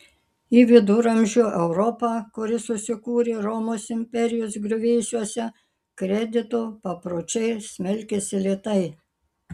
į viduramžių europą kuri susikūrė romos imperijos griuvėsiuose kredito papročiai smelkėsi lėtai